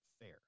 fair